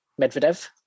Medvedev